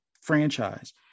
franchise